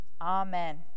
Amen